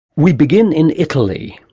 we begin in italy.